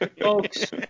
folks